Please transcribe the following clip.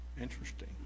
interesting